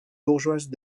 bourgeoise